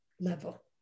level